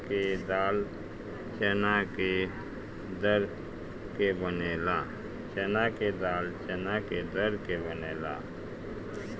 चना के दाल चना के दर के बनेला